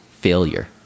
failure